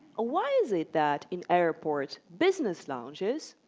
ah why is it that, in airport business lounges,